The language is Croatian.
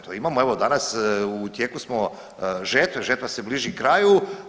To imamo evo, danas u tijeku smo žetve, žetva se bliži kraju.